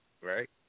right